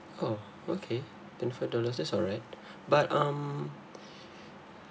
oh okay twenty five dollars that's alright but um